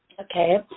Okay